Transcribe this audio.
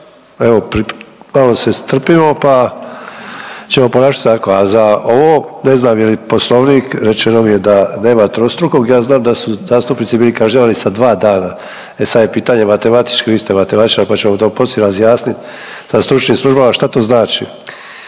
evo malo se strpimo pa ćemo se ponašati tako. A za ovo ne znam je li Poslovnik, rečeno mi je da nema trostrukog, ja znam da su zastupnici bili kažnjavani sa 2 dana, e sad je pitanje matematički, vi ste matematičar pa ću vam to poslije razjasnit sa stručnim službama šta to znači.